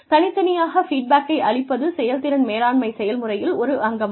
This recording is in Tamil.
தனித்தனியாக ஃபீட்பேக்கை அளிப்பது செயல்திறன் மேலாண்மை செயல்முறையில் ஒரு அங்கமாகும்